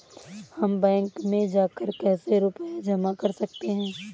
हम बैंक में जाकर कैसे रुपया जमा कर सकते हैं?